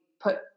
put